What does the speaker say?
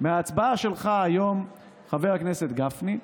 בהצבעה שלך היום, חבר הכנסת גפני.